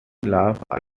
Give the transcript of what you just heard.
laughed